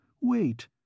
wait